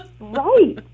right